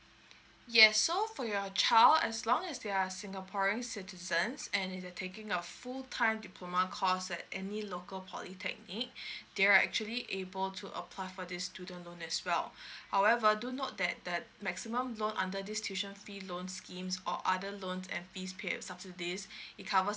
yes so for your child as long as they are singaporean citizens and they're taking a full time diploma course at any local polytechnic they are actually able to apply for this student loan as well however do note that the maximum loan under this tuition fee loan schemes or other loan and fee payable subsidies it covers